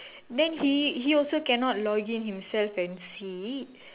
then he he also cannot login himself and see